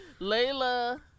Layla